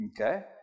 Okay